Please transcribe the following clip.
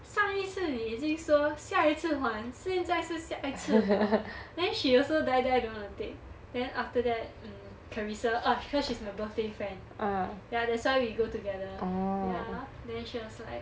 上一次妳已经说下一次还现在是下一次 liao then she also die die don't wanna take then after that mm carrissa ah cause she's my birthday friend ya that's why we go together ya then she was like